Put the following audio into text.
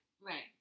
right